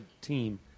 team